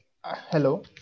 Hello